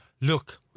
look